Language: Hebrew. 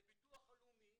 וביטוח לאומי